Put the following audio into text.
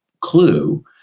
clue